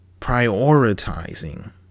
prioritizing